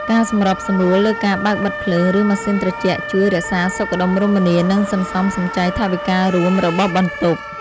ការសម្របសម្រួលលើការបើកបិទភ្លើង ឬម៉ាស៊ីនត្រជាក់ជួយរក្សាសុខដុមរមនានិងសន្សំសំចៃថវិការួមរបស់បន្ទប់។